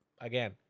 Again